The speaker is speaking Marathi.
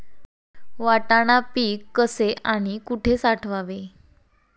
वाटाणा पीक कसे आणि कुठे साठवावे?